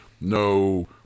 no